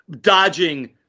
dodging